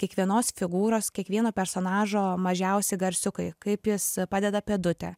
kiekvienos figūros kiekvieno personažo mažiausi garsiukai kaip jis padeda pėdutę